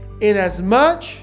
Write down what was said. inasmuch